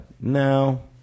No